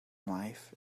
life